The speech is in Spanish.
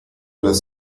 las